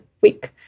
week